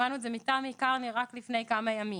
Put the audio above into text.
שמענו את זה תמי קרני רק לפני כמה ימים.